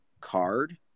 card